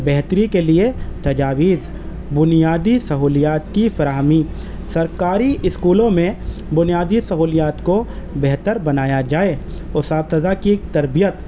بہتری کے لیے تجاویز بنیادی سہولیات کی فراہمی سرکاری اسکولوں میں بنیادی سہولیات کو بہتر بنایا جائے اساتذہ کی تربیت